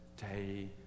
day